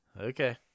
Okay